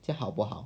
这样好不好